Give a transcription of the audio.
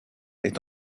est